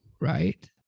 Right